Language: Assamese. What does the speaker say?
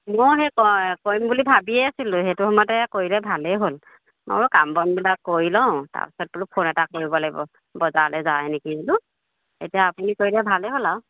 ময়ো সেই ক কৰিম বুলি ভাবিয়ে আছিলোঁ সেইটো সময়তে কৰিলে ভালেই হ'ল মই বোলো কাম বনবিলাক কৰি লওঁ তাৰপিছত বোলো ফোন এটা কৰিব লাগিব বজাৰলৈ যায় নেকি বোলো এতিয়া আপুনি কৰিলে ভালেই হ'ল আৰু